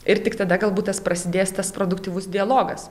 ir tik tada galbūt tas prasidės tas produktyvus dialogas